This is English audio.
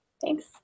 Thanks